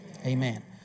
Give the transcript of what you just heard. Amen